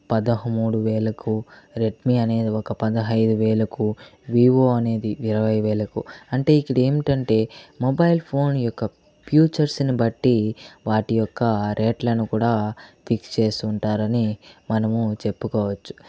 పదమూడు వేలకు రెడ్మీ అనేది ఒక పదహైదు వేలకు వివో అనేది ఇరవై వేలకు అంటే ఇక్కడ ఏమిటంటే మొబైల్ ఫోన్ యొక్క ఫీచర్స్ని బట్టి వాటి యొక్క రేట్లను కూడా ఫిక్స్ చేస్తుంటారని మనము చెప్పుకోవచ్చు